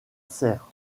serre